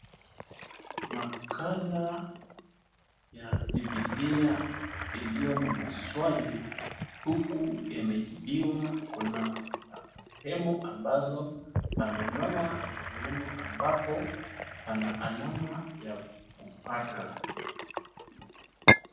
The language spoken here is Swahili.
Makala ya bibilia iliyo na maswali huku yamejibiwa, kuna sehemu ambazo pamenoa na sehemu ambapo pana alama ya kupata.